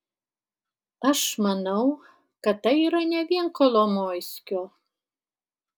aš manau kad tai yra ne vien kolomoiskio